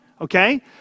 okay